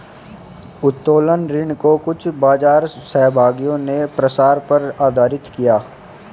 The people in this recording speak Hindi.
उत्तोलन ऋण को कुछ बाजार सहभागियों ने प्रसार पर आधारित किया